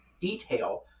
detail